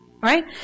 Right